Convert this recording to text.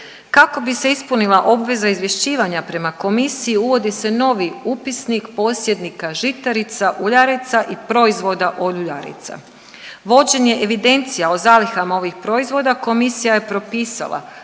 Kako bi se ispunila obveza izvješćivanja prema komisiji uvodi se novi upisnik posjednika žitarica, uljarica i proizvoda od uljarica. Vođenje evidencija o zalihama ovih proizvoda komisija je propisala